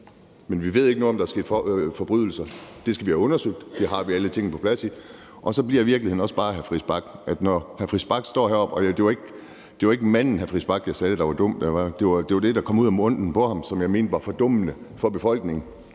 Men vi ved ikke noget om, at der er sket forbrydelser. Det skal vi have undersøgt, og det har vi på plads. Så bliver virkeligheden også bare, hr. Christian Friis Bach – og det var ikke manden, jeg sagde var dum, men det var det, der kom ud af munden på ham, som jeg mente var fordummende for befolkningen